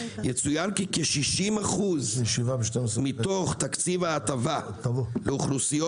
יצוין כי כ- 60% מתוך תקציב ההטבה לאוכלוסיות